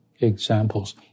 examples